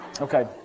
Okay